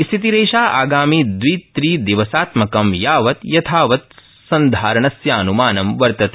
स्थितिरेषा आगामि दवि त्रि दिवसात्मकं यावत् यथावत् सन्धारणस्यानुमानं वर्तते